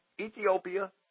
Ethiopia